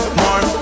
more